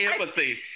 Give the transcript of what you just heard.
empathy